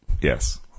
yes